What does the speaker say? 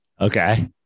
Okay